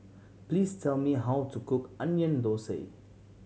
please tell me how to cook Onion Thosai